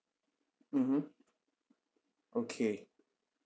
mmhmm okay